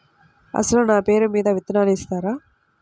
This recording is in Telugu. అసలు నా పేరు మీద విత్తనాలు ఇస్తారా?